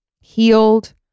healed